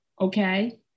okay